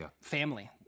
family